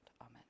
amen